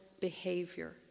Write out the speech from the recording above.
behavior